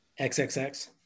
XXX